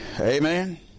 Amen